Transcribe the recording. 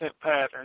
pattern